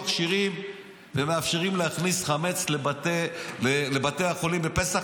מכשירים ומאפשרים להכניס חמץ לבתי החולים בפסח.